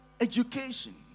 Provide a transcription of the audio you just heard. education